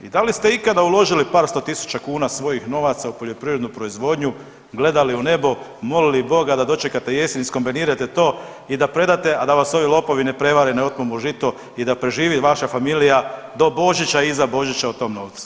I da li ste ikada uložili par sto tisuća kuna svojih novaca u poljoprivrednu proizvodnju, gledali u nebo, molili Boga da dočekate jesen iskomentirate to i da predate, a da vas ovi lopovi ne prevare, ne otmu mu žito da preživi vaša familija do Božića i iza Božića o tom novcu?